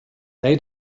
they